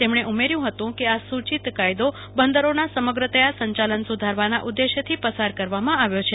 તેમને ઉમેર્યું કે આ સૂચિત કાયદો બંદરોના સમગ્રતયા સંચાલન સુધારવાના ઉદ્દેશ્યથી પસાર કરવામાં આવ્યો છે